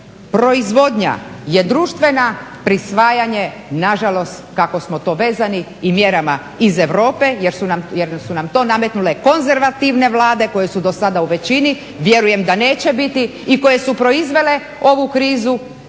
Jer proizvodnja je društvena, prisvajanje nažalost kako smo to vezani i mjerama iz Europe jer su nam to nametnule konzervativne Vlade, koje su do sada u većini. Vjerujem da neće biti, i koje su proizvele ovu krizu.